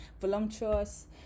voluptuous